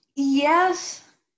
Yes